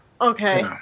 Okay